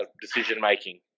decision-making